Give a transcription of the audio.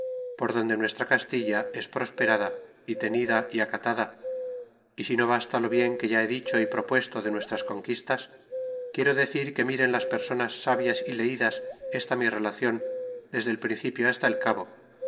por donde nuestra castilla es prosperada y tenida y acatada y si no basta lo bien que ya he dicho y propuesto de nuestras conquistas quiero decir que miren las personas sabias y leidas esta mi relacion desde el principio hasta el cabo